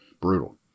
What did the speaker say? Brutal